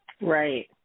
Right